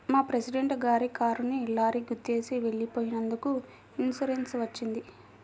మా ప్రెసిడెంట్ గారి కారుని లారీ గుద్దేసి వెళ్ళిపోయినందుకు ఇన్సూరెన్స్ వచ్చింది